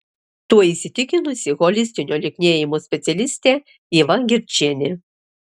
tuo įsitikinusi holistinio lieknėjimo specialistė ieva gerčienė